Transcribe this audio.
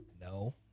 No